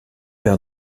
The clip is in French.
père